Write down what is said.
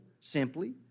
simply